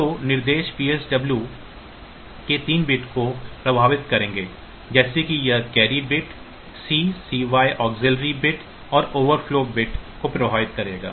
ये निर्देश PSW के 3 बिट्स को प्रभावित करेंगे जैसे कि यह carry bit C CY auxiliary bit और ओवरफ्लो बिट को प्रभावित करेगा